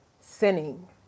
sinning